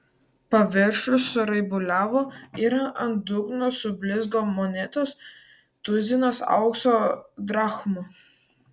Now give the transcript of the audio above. paviršius suraibuliavo ir ant dugno sublizgo monetos tuzinas aukso drachmų